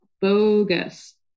bogus